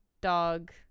Dog